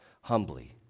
humbly